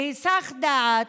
בהיסח דעת,